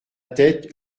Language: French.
tête